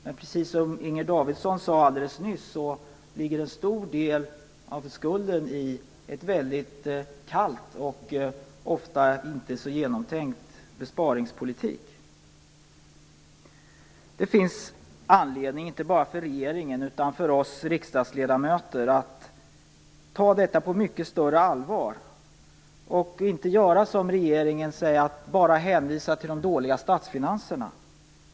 Men precis som Inger Davidson sade alldeles nyss ligger en stor del av skulden i en väldigt kall och ofta inte så genomtänkt besparingspolitik. Det finns anledning, inte bara för regeringen utan också för oss riksdagsledamöter att ta detta på mycket större allvar och inte som regeringen bara hänvisa till de dåliga statsfinanserna.